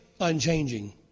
unchanging